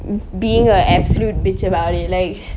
being a absolute bitch about it like